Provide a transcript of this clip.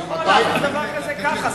אבל אני לא יכול לעשות דבר כזה ככה.